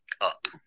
up